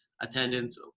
attendance